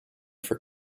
for